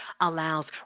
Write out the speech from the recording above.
allows